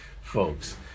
folks